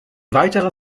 weiterer